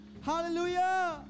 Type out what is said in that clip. Hallelujah